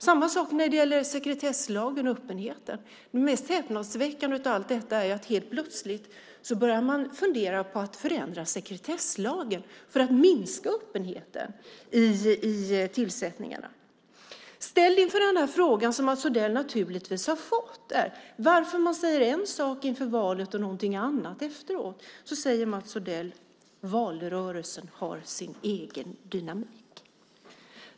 Samma sak är det när det gäller sekretesslagen och öppenheten. Det mest häpnadsväckande av allt detta är att helt plötsligt börjar man fundera på att förändra sekretesslagen för att minska öppenheten i tillsättningarna. Ställd inför frågan som Mats Odell naturligtvis har fått, varför man säger en sak inför valet och någonting annat efteråt, säger Mats Odell att valrörelsen har sin egen dynamik.